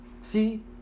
See